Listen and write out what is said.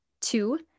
Two